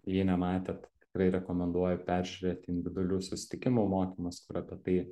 jei nematėt tikrai rekomenduoju peržiūrėti individualių susitikimų mokymus kur apie tai